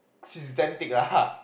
she is damn thick lah